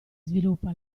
sviluppa